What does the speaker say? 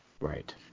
Right